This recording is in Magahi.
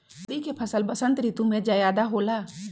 तोरी के फसल का बसंत ऋतु में ज्यादा होला?